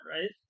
right